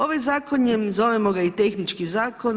Ovaj zakon je, zovemo ga i tehnički zakon.